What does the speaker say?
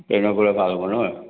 ট্ৰেইনত গ'লে ভাল হ'ব নহয়